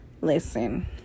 Listen